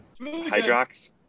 hydrox